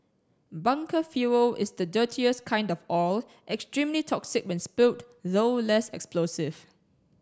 bunker fuel is the dirtiest kind of oil extremely toxic when spilled though less explosive